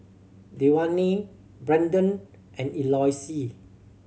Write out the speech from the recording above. Dewayne Brannon and Eloise